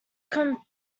competed